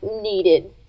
needed